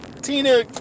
Tina